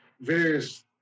various